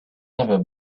never